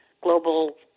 global